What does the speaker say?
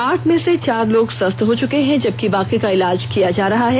आठ में से चार लोग स्वस्थ हो चुके हैं जबकि बाकी का इलाज किया जा रहा है